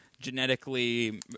genetically